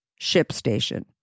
ShipStation